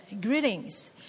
Greetings